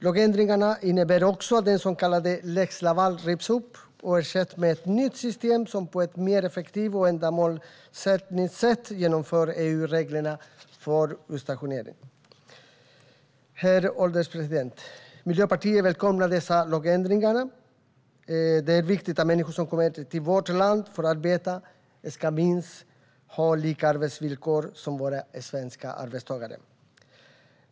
Lagändringarna innebär också att den så kallade lex Laval rivs upp och ersätts med ett nytt system som på ett mer effektivt och ändamålsenligt sätt genomför EU-reglerna för utstationering. Herr ålderspresident! Miljöpartiet välkomnar dessa lagändringar. Det är viktigt att människor som kommer till vårt land för att arbeta ska ha minst lika bra arbetsvillkor som våra svenska arbetstagare.